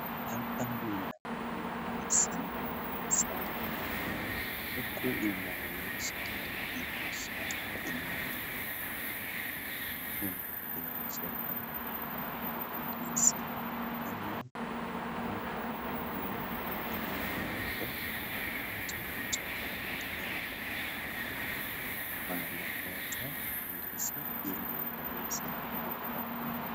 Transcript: Hapa ndisi sana. Huku inawanyesha ndisi, inawanyesha inawanyesha. Huku inawanyesha ndisi. Hapa ndisi kama hapa ni mahali ambapo. Watu kutoka maeneo mbalimbali wanaleta ndisi ili wauze hapa.